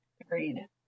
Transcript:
agreed